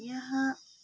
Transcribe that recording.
यहाँ